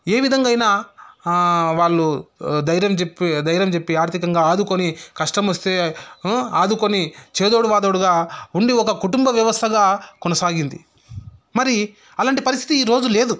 ఏ విధంగా అయినా వాళ్ళు ధైర్యం చెప్పి ధైర్యం చెప్పి ఆర్థికంగా ఆదుకొని కష్టమొస్తే ఆదుకొని చేదోడు వాదోడుగా ఉండి ఒక కుటుంబ వ్యవస్థగా కొనసాగింది మరి అలాంటి పరిస్థితి ఈ రోజు లేదు